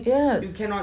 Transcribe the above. yes